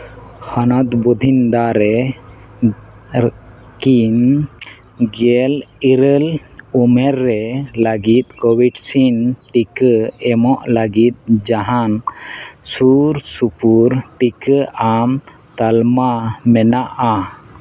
ᱦᱚᱱᱚᱛ ᱵᱚᱛᱷᱤᱝᱫᱟ ᱨᱮ ᱛᱤᱱ ᱜᱮᱞ ᱤᱨᱟᱹᱞ ᱩᱢᱮᱨ ᱨᱮ ᱞᱟᱹᱜᱤᱫ ᱠᱳᱵᱷᱤᱰᱥᱤᱞᱰ ᱴᱤᱠᱟᱹ ᱮᱢᱚᱜ ᱞᱟᱹᱜᱤᱫ ᱡᱟᱦᱟᱱ ᱥᱩᱨᱼᱥᱩᱯᱩᱨ ᱴᱤᱠᱟᱹ ᱟᱢ ᱛᱟᱞᱢᱟ ᱢᱮᱱᱟᱜᱼᱟ